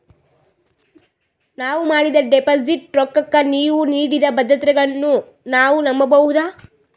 ನಾವು ಮಾಡಿದ ಡಿಪಾಜಿಟ್ ರೊಕ್ಕಕ್ಕ ನೀವು ನೀಡಿದ ಭದ್ರತೆಗಳನ್ನು ನಾವು ನಂಬಬಹುದಾ?